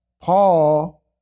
Paul